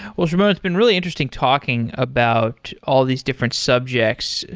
well, shimon, it's been really interesting talking about all these different subjects,